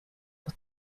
hat